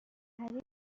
ایستگاه